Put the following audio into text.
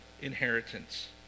inheritance